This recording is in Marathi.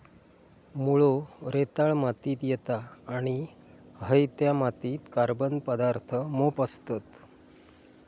मुळो रेताळ मातीत येता आणि हयत्या मातीत कार्बन पदार्थ मोप असतत